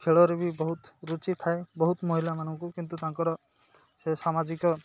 ଖେଳରେ ବି ବହୁତ ରୁଚି ଥାଏ ବହୁତ ମହିଳାମାନଙ୍କୁ କିନ୍ତୁ ତାଙ୍କର ସେ ସାମାଜିକ